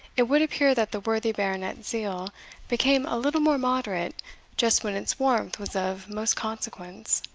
it would appear that the worthy baronet's zeal became a little more moderate just when its warmth was of most consequence.